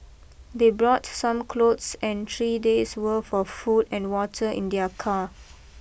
they brought some clothes and three days worth of food and water in their car